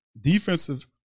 Defensive